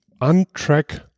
untrack